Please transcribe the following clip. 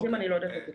אני לא יודעת להגיד